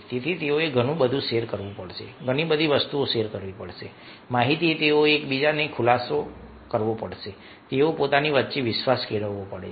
તેથી તેઓએ ઘણું બધું શેર કરવું પડશે ઘણી બધી વસ્તુઓ શેર કરવી પડશે માહિતી તેઓએ કેટલીકવાર ખુલાસો કરવો પડે છે તેઓએ પોતાની વચ્ચે વિશ્વાસ કેળવવો પડે છે